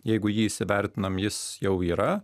jeigu jį įsivertinam jis jau yra